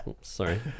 Sorry